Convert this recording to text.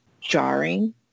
jarring